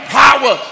power